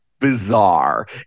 bizarre